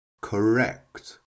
correct